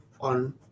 on